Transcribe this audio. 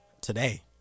today